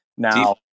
Now